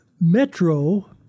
Metro